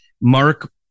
Mark